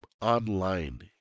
online